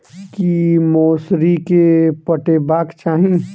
की मौसरी केँ पटेबाक चाहि?